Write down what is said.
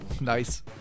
Nice